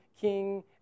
king